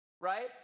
Right